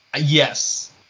Yes